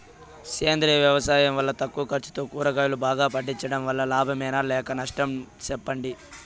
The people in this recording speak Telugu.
సేంద్రియ వ్యవసాయం వల్ల తక్కువ ఖర్చుతో కూరగాయలు బాగా పండించడం వల్ల లాభమేనా లేక నష్టమా సెప్పండి